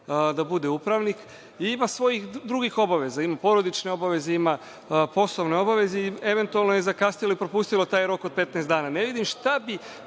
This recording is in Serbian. da bude upravnik, i ima svojih drugih obaveza, ima porodične obaveze, ima poslovne obaveze i eventualno je zakasnilo i propustilo taj rok od 15 dana. Ne vidim šta bi